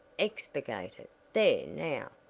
expurgated there now!